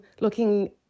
looking